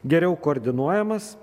geriau koordinuojamas